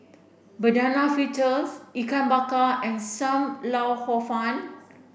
banana fritters Ikan Bakar and Sam Lau Hor Fun